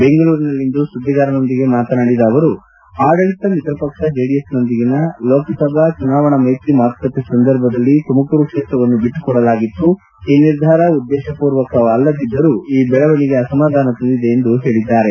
ಬೆಂಗಳೂರಿನಲ್ಲಿಂದು ಸುದ್ದಿಗಾರರೊಂದಿಗೆ ಮಾತನಾಡಿದ ಅವರು ಆಡಳಿತ ಮಿತ್ರ ಪಕ್ಷ ಜೆಡಿಎಸ್ನೊಂದಿಗಿನ ಲೋಕಸಭಾ ಚುನಾವಣಾ ಮೈತ್ರಿ ಮಾತುಕತೆ ಸಂದರ್ಭದಲ್ಲಿ ತುಮಕೂರು ಕ್ಷೇತ್ರವನ್ನು ಬಿಟ್ಟುಕೊಡಲಾಗಿತ್ತು ಈ ನಿರ್ಧಾರ ಉದ್ದೇಶಪೂರ್ವಕ ಅಲ್ಲವಾದರೂ ಈ ಬೆಳವಣಿಗೆ ಅಸಮಾಧಾನ ತಂದಿದೆ ಎಂದು ಹೇಳಿದರು